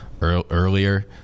earlier